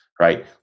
right